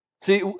See